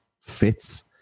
fits